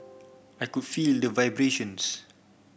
I could feel the vibrations